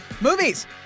movies